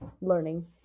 learning